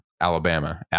Alabama